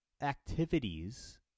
activities